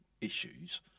issues